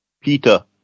Peter